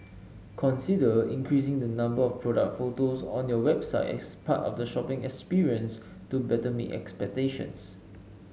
consider increasing the number of product photos on your website as part of the shopping experience to better meet expectations